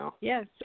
Yes